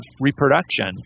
reproduction